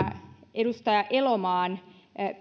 edustaja elomaan